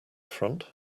front